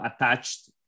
attached